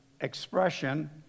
expression